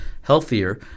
healthier